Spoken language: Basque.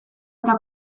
eta